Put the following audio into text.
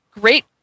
great